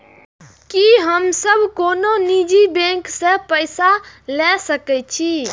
की हम सब कोनो निजी बैंक से पैसा ले सके छी?